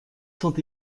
sont